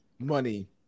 money